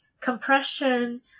Compression